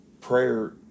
prayer